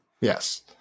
yes